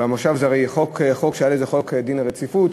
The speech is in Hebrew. זה הרי חוק שחל עליו דין הרציפות,